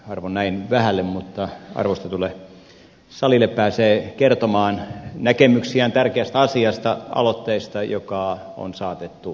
harvoin näin vähälle mutta arvostetulle salille pääsee kertomaan näkemyksiään tärkeästä asiasta aloitteesta joka on saatettu tähän saliin